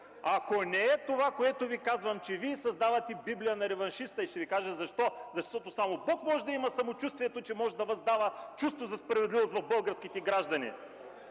ако не е това, което Ви казвам – че създавате библия на реваншиста. Защо? Защото само Бог може да има самочувствието, че може да въздава чувство на справедливост у българските граждани.